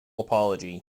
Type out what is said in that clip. apology